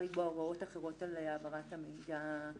לקבוע הוראות אחרות על העברת המידע,